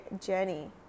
journey